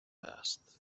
passed